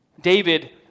David